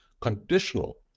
conditional